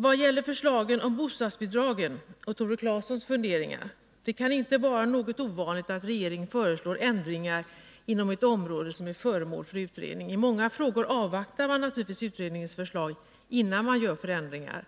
Vad gäller förslagen om bostadsbidragen och Tore Claesons funderingar vill jag säga, att det inte kan vara något ovanligt att regeringen föreslår ändringar inom ett område som är föremål för utredning. I många frågor avvaktar man naturligtvis utredningens förslag innan man gör förändringar,